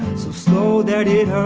so slow that it